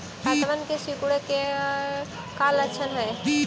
पत्तबन के सिकुड़े के का लक्षण हई?